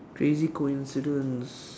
crazy coincidence